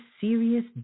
serious